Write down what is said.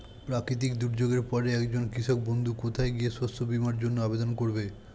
প্রাকৃতিক দুর্যোগের পরে একজন কৃষক বন্ধু কোথায় গিয়ে শস্য বীমার জন্য আবেদন করবে?